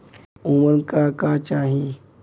उमन का का चाही?